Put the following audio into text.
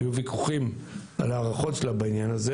היו ויכוחים על ההערכות שלה בעניין הזה